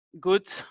good